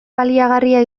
baliagarria